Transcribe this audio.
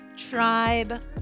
Tribe